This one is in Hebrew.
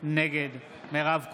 נגד מירב כהן,